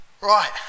Right